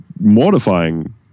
mortifying